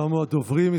תמו הדוברים.